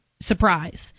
surprise